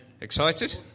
Excited